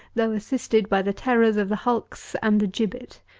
though assisted by the terrors of the hulks and the gibbet.